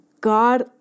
God